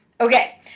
Okay